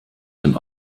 dem